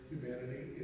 humanity